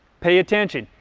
pay attention,